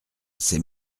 c’est